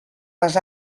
les